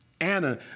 Anna